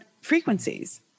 frequencies